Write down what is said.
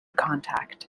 contact